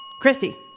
Christy